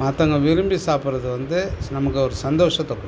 மற்றவங்க விரும்பி சாப்பிட்றது வந்து நமக்கு ஒரு சந்தோஷத்தை கொடுக்கும்